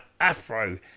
afro